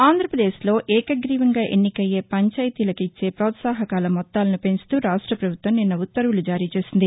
ఆంధ్రప్రదేశ్లో ఏకగ్రీవంగా ఎన్నికయ్యే పంచాయతీలకు ఇచ్చే పోత్సాహకాల మొత్తాలను పెంచుతూ రాష్ట పభుత్వం నిన్న ఉత్తర్వులు జారీ చేసింది